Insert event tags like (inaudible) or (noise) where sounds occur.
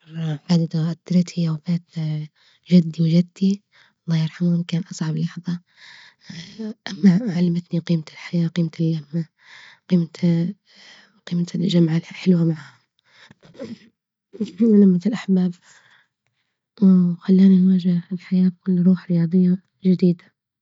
أكثر حدث (unintelligible) هي وفاة جدي وجدتي الله يرحمهم كان أصعب لحظة، (hesitation) علمتني قيمة الحياة قيمة اللمة قيمة قيمة الجمعة الحلوة معهم، لمة الأحباب وخلاني نواجه الحياة بكل روح رياضية جديدة.